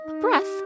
breath